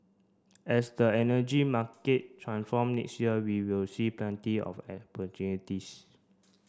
as the energy market transform next year we will see plenty of